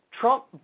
Trump